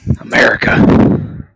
America